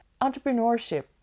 entrepreneurship